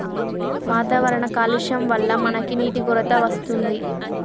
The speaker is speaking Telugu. వాతావరణ కాలుష్యం వళ్ల మనకి నీటి కొరత వస్తుంది